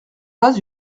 pas